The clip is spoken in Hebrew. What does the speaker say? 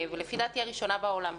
לפי דעתי, הראשונה בעולם.